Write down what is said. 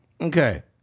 okay